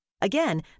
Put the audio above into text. Again